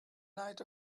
night